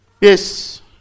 Yes